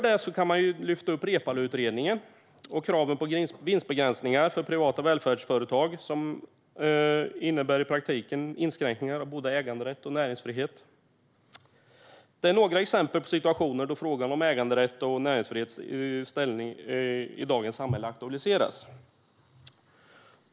Man kan också ta upp Reepaluutredningen och kraven på vinstbegränsningar för privata välfärdsföretag, vilket i praktiken innebär inskränkningar av både äganderätt och näringsfrihet. Detta är några exempel på situationer där frågan om äganderätt och näringsfrihetens ställning i dagens samhälle aktualiseras.